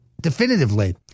definitively